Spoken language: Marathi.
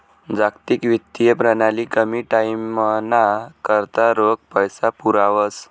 जागतिक वित्तीय प्रणाली कमी टाईमना करता रोख पैसा पुरावस